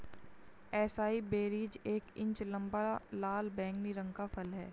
acai berries एक inch लंबा, लाल बैंगनी रंग का फल है